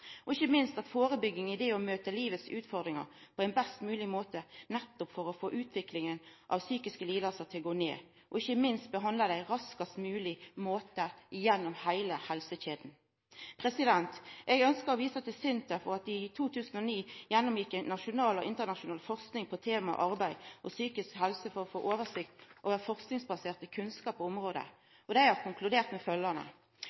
og jobb. Ikkje minst må ein sjå på førebygging, det å møta livets utfordringar på ein best mogleg måte, nettopp for at færre skal få psykiske lidingar, og ikkje minst må ein behandla dei på raskast mogleg måte gjennom heile helsekjeda. Eg ønskjer å visa til at SINTEF i 2009 gjennomgjekk nasjonal og internasjonal forsking på temaet arbeid og psykisk helse for å få oversikt over forskingsbasert kunnskap på området.